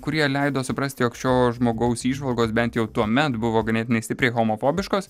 kurie leido suprasti jog šio žmogaus įžvalgos bent jau tuomet buvo ganėtinai stipriai homofobiškos